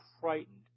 frightened